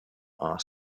are